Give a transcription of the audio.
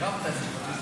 שישמעו אותך.